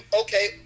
okay